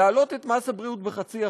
להעלות את מס הבריאות ב-0.5%.